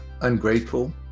ungrateful